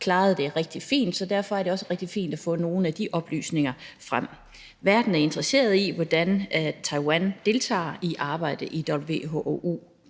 klaret det rigtig fint, så derfor er det også rigtig fint at få nogle af de oplysninger frem. Verden er interesseret i, hvordan Taiwan deltager i arbejdet i WHO